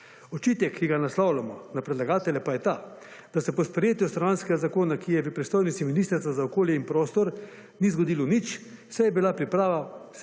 Očitek, ki ga naslavljamo na predlagatelja, pa je ta, da se po sprejetju Stanovanjskega zakona, ki je v pristojnosti Ministrstva za okolje in prostor, ni zgodilo nič, saj je bila priprava